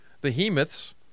behemoths